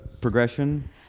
progression